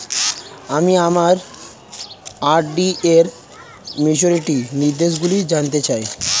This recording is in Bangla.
আমি আমার আর.ডি র ম্যাচুরিটি নির্দেশগুলি জানতে চাই